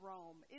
Rome